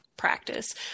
practice